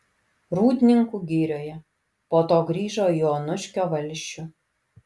rūdninkų girioje po to grįžo į onuškio valsčių